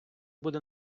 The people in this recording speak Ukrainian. буде